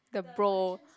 the bro